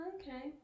Okay